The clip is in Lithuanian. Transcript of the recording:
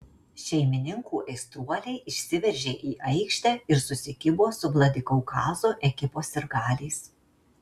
šeimininkų aistruoliai išsiveržė į aikštę ir susikibo su vladikaukazo ekipos sirgaliais